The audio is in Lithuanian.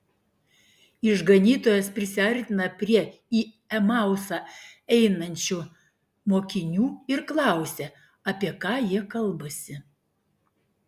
išganytojas prisiartina prie į emausą einančių mokinių ir klausia apie ką jie kalbasi